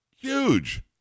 Huge